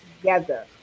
together